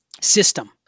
System